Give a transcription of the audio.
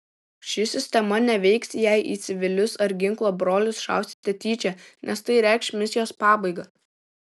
ši sistema neveiks jei į civilius ar ginklo brolius šausite tyčia nes tai reikš misijos pabaigą